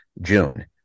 June